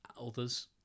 others